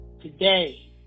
today